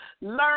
learn